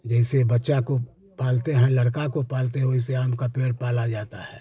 जैसे बच्चा को पालते हैं लड़का को पालते हैं वैसे आम का पेड़ पाला जाता है